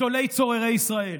לגדולי צוררי ישראל.